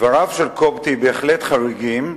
דבריו של קובטי בהחלט חריגים,